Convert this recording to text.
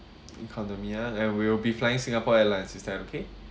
economy ah and will be flying Singapore Airlines is that okay